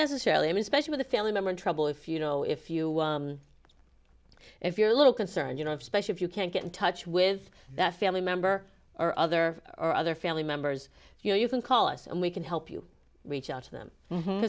necessarily him especially with a family member in trouble if you know if you if you're a little concerned you know if especially if you can't get in touch with that family member or other or other family members you know you can call us and we can help you reach out to them